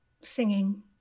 singing